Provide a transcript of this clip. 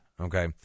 Okay